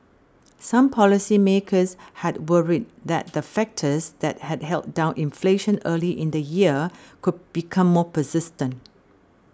some policymakers had worried that the factors that had held down inflation early in the year could become more persistent